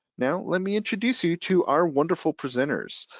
now, let me introduce you to our wonderful presenters.